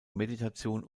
meditation